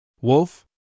Wolf